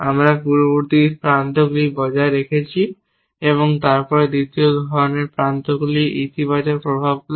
আমরা পূর্বশর্ত প্রান্তগুলি বজায় রেখেছি তারপর দ্বিতীয় ধরণের প্রান্তগুলি ইতিবাচক প্রভাবগুলি